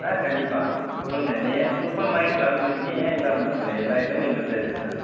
ஆ கண்டிப்பாக சொல்லுங்க நீங்கள் சூப்பர் மார்கெட் கால் பண்ணிருக்கீங்க ஏன் இல்லாமல் இருக்கும் எல்லா ஐட்டமும் எங்கள்கிட்ட இருக்குது சார்